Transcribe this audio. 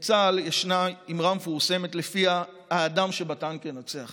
בצה"ל ישנה אמרה מפורסמת שלפיה האדם שבטנק ינצח